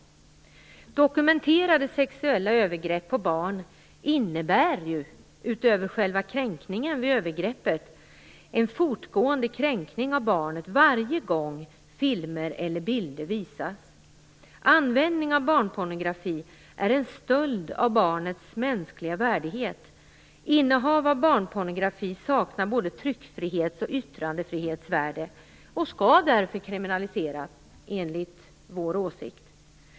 Dokumenterade sexuella övergrepp på barn innebär ju, utöver själva kränkningen vid övergreppet, en fortgående kränkning av barnet varje gång filmer eller bilder visas. Användning av barnpornografi är en stöld av barnets mänskliga värdighet. Innehav av barnpornografi saknar både tryckfrihets och yttrandefrihetsvärde och skall därför kriminaliseras enligt vår åsikt.